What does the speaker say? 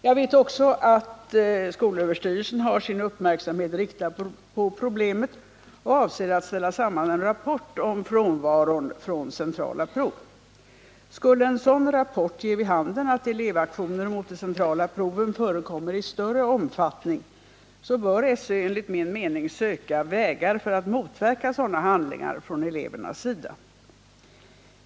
Jag vet också att skolöverstyrelsen har uppmärksammat problemet och avser att ställa samman en rapport om frånvaron från centrala prov. Skulle den rapporten ge vid handen att elevaktioner mot de centrala proven förekommer i större omfattning, så bör SÖ enligt min mening söka vägar för att motverka sådana handlingar från elevernas sida.